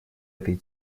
этой